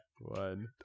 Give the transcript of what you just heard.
One